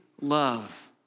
love